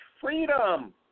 freedom